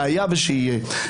שהיה ושיהיה.